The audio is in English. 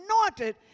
anointed